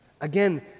Again